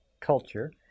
culture